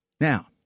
Now